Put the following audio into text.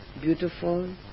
Beautiful